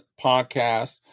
podcast